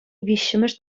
виҫҫӗмӗш